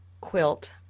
quilt